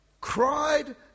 cried